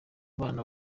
bana